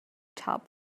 top